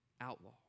outlaw